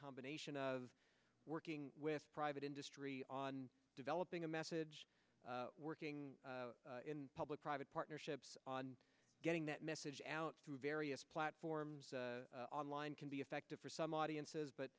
combination of working with private industry on developing a message working in public private partnerships getting that message out through various platforms online can be effective for some audiences but